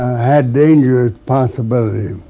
had dangerous possibilities,